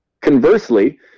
Conversely